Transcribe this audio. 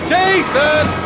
Jason